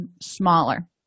smaller